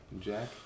Jack